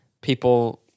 people